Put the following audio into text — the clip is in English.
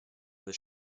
this